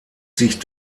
sich